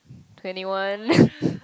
twenty one